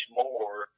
more